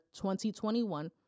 2021